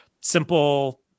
simple